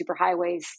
superhighways